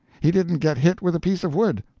he didn't get hit with a piece of wood.